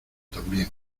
también